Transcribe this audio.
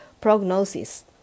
prognosis